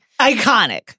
Iconic